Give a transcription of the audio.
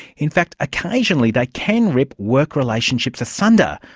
in fact occasionally they can rip work relationships asunder,